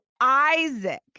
Isaac